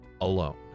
alone